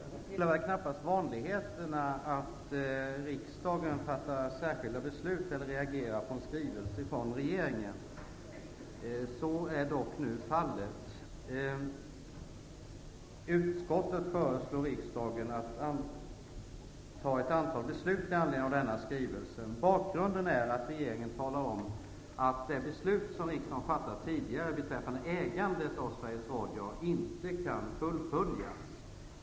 Fru talman! Det tillhör väl knappast vanligheten att riksdagen fattar särskilda beslut angående eller reagerar på en skrivelse från regeringen. Så är dock nu fallet. Utskottet föreslår riksdagen att fatta ett antal beslut i anledning av denna skrivelse. Bakgrunden är att regeringen talar om att det beslut riksdagen tidigare fattat beträffande ägandet av Sveriges Radio inte kan fullföljas.